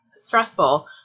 stressful